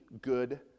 good